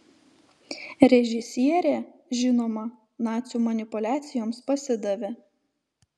režisierė žinoma nacių manipuliacijoms pasidavė